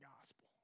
gospel